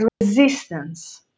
resistance